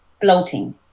floating